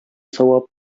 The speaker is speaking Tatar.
савап